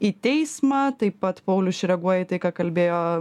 į teismą taip pat paulius čia reaguoja į tai ką kalbėjo